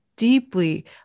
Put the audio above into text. deeply